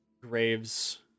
Graves